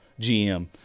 GM